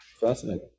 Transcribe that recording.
Fascinating